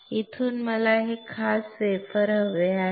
इथून मला हे खास वेफर हवे आहे